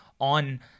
on